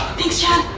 thanks chad.